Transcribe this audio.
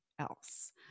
else